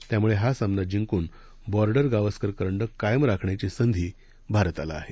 त्यामुळेहासामनाजिंकुनबॉर्डर गावस्करकरंडककायमराखण्याचीसंधीभारतालाआहे